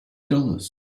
dollars